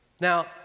Now